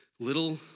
Little